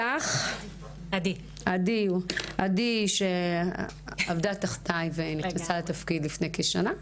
אותך, עדי, שעבדה תחתיי ונכנסה לתפקיד לפני כשנה.